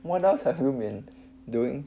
what else have you been doing